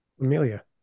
Amelia